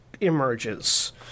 emerges